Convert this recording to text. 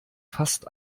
fast